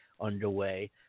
underway